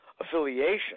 affiliation